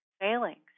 failings